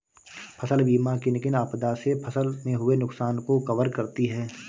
फसल बीमा किन किन आपदा से फसल में हुए नुकसान को कवर करती है